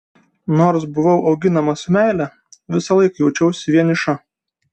nors buvau auginama su meile visąlaik jaučiausi vieniša